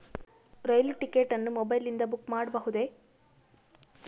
ರೈಲು ticket ಅನ್ನು ಮೊಬೈಲಿಂದ book ಮಾಡಬಹುದೆ?